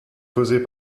causées